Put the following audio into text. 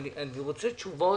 אני רוצה תשובות.